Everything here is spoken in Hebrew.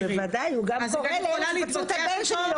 הוא גם קורא לאלה שפצעו את הבן שלי,